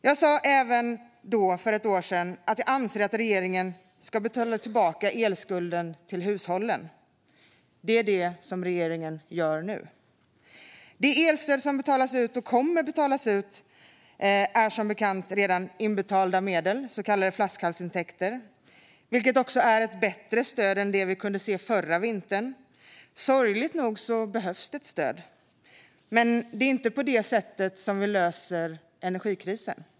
Då, för ett år sedan, sa jag även att jag anser att regeringen ska betala tillbaka elskulden till hushållen, och det gör regeringen nu. Det elstöd som har betalats ut och kommer att betalas ut är som bekant redan inbetalda medel, så kallade flaskhalsintäkter, vilket också är ett bättre stöd än det vi kunde se förra vintern. Sorgligt nog behövs ett stöd, men det är inte på det sättet vi löser energikrisen.